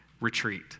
retreat